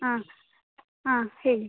ಹಾಂ ಹಾಂ ಹೇಳಿ